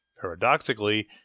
paradoxically